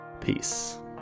peace